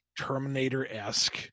terminator-esque